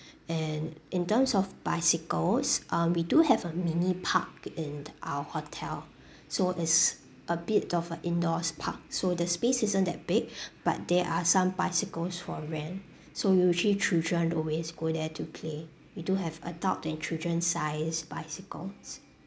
and in terms of bicycles um we do have a mini park in our hotel so it's a bit of a indoors park so the space isn't that big but there are some bicycles for rent so usually children always go there to play we do have adult and children sized bicycles